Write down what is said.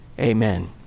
Amen